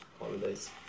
holidays